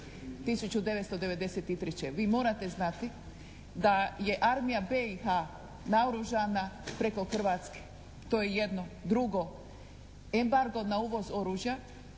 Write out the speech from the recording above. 1993. Vi morate znati da je Armija BiH naoružana preko Hrvatske, to je jedno. Drugo, embargo na uvoz oružja